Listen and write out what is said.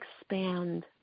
expand